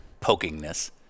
pokingness